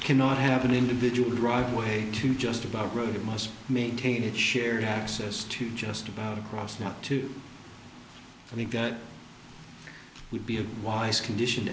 cannot have an individual driveway to just about road most maintain it shared access to just about across now too i think that would be a wise condition